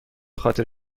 خاطر